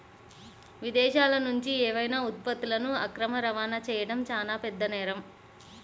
విదేశాలనుంచి ఏవైనా ఉత్పత్తులను అక్రమ రవాణా చెయ్యడం చానా పెద్ద నేరం